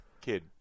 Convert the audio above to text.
Kid